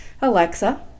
Alexa